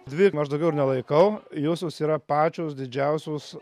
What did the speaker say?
dvi aš daugiau ir nelaikau josios yra pačios didžiausios